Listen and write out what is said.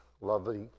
lovely